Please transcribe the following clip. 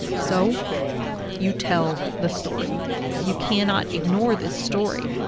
so you tell the story you cannot ignore this story,